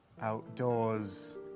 outdoors